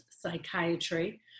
psychiatry